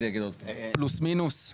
פלוס מינוס?